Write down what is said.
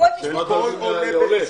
4,000 שקלים לעולה.